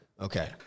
Okay